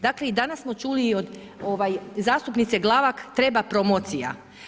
Dakle i danas smo čuli i od zastupnice Glavak treba promocija.